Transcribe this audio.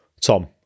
Tom